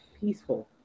Peaceful